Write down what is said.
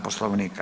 Poslovnika.